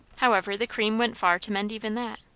however, the cream went far to mend even that.